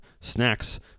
snacks